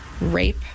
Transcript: rape